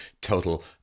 total